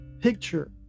picture